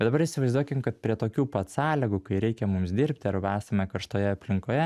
o dabar įsivaizduokim kad prie tokių pat sąlygų kai reikia mums dirbti arba esame karštoje aplinkoje